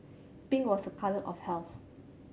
pink was a colour of health